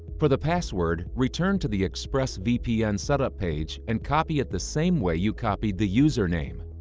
for the password, return to the expressvpn setup page and copy it the same way you copied the username.